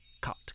cut